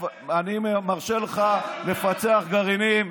אני מרשה לך לפצח גרעינים,